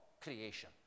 creation